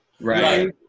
Right